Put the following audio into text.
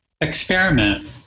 experiment